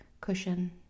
cushion